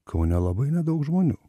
kaune labai nedaug žmonių